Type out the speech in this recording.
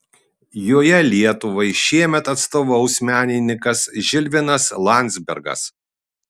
joje lietuvai šiemet atstovaus menininkas žilvinas landzbergas